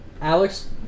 Alex